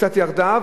קצת ירדה,